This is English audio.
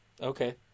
Okay